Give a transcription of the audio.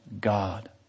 God